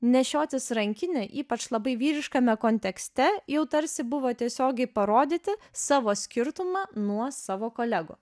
nešiotis rankinę ypač labai vyriškame kontekste jau tarsi buvo tiesiogiai parodyti savo skirtumą nuo savo kolegų